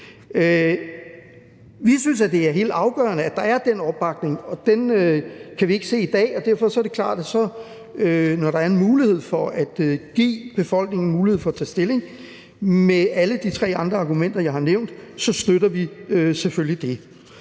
Vi synes, det er helt afgørende, at der er den opbakning, og den kan vi ikke se i dag. Derfor er det klart, at vi, når der er en mulighed for at give befolkningen en mulighed for at tage stilling med alle de tre andre argumenter, jeg har nævnt, så selvfølgelig